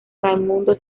raimundo